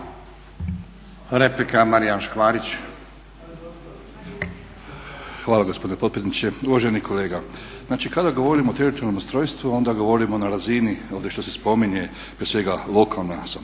Marijan (HNS)** Hvala gospodine potpredsjedniče. Uvaženi kolega, znači kada govorimo o teritorijalnom ustrojstvu onda govorimo na razini ovdje što se spominje prije svega lokalna